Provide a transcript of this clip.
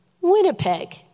Winnipeg